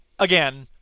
Again